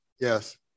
Yes